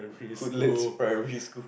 Woodlands primary school